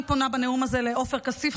אני פונה בנאום הזה לחבר הכנסת עופר כסיף,